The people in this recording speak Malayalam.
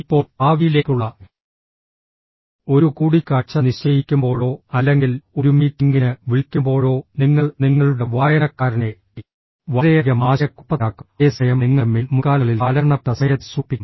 ഇപ്പോൾ ഭാവിയിലേക്കുള്ള ഒരു കൂടിക്കാഴ്ച നിശ്ചയിക്കുമ്പോഴോ അല്ലെങ്കിൽ ഒരു മീറ്റിംഗിന് വിളിക്കുമ്പോഴോ നിങ്ങൾ നിങ്ങളുടെ വായനക്കാരനെ വളരെയധികം ആശയക്കുഴപ്പത്തിലാക്കും അതേസമയം നിങ്ങളുടെ മെയിൽ മുൻകാലങ്ങളിൽ കാലഹരണപ്പെട്ട സമയത്തെ സൂചിപ്പിക്കും